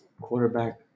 quarterback